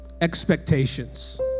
Expectations